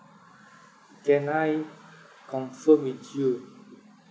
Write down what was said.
can I confirm with you